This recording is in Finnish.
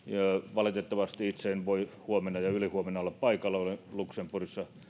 valitettavasti itse en voi huomenna ja ylihuomenna olla paikalla olen luxemburgissa